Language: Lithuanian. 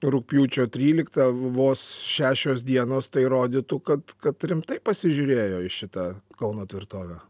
rugpjūčio tryliktą vos šešios dienos tai rodytų kad kad rimtai pasižiūrėjo į šitą kauno tvirtovę